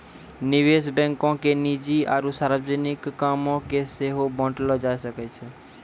निवेश बैंको के निजी आरु सार्वजनिक कामो के सेहो बांटलो जाय छै